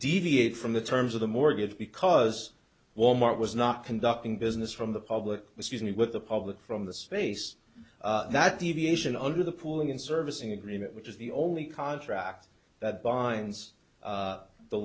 deviate from the terms of the mortgage because wal mart was not conducting business from the public was using it with the public from the space that deviation under the pooling and servicing agreement which is the only contract that binds